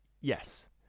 Yes